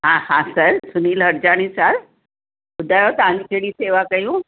हा हा sir Sunil Harjani sir ॿुधायो तव्हांजी कहिड़ी सेवा कयूं